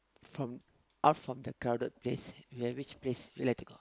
from out from the crowded place you have which place you like to go